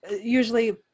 usually